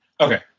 Okay